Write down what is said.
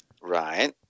Right